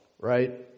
right